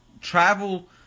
travel